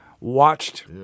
watched